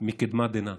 מקדמת דנא,